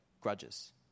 grudges